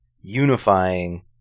unifying